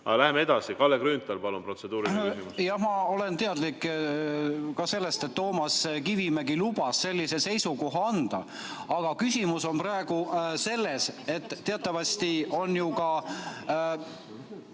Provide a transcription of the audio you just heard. lähme edasi. Kalle Grünthal, palun, protseduuriline küsimus! Jah, ma olen teadlik ka sellest, et Toomas Kivimägi lubas sellise seisukoha anda. Aga küsimus on praegu selles, et teatavasti on ju